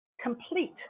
complete